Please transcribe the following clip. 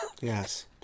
Yes